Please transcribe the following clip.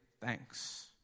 thanks